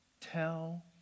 Tell